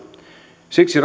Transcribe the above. siksi